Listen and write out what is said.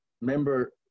member